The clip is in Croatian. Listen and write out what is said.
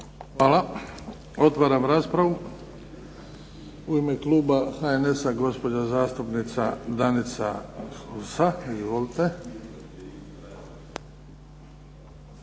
Hvala. Otvaram raspravu. U ime kluba HNS-a, gospođa zastupnica Danica Hursa.